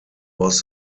was